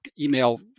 email